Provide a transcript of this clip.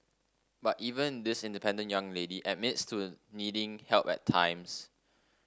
but even this independent young lady admits to needing help at times